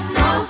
no